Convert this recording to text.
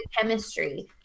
chemistry